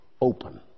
open